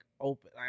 Open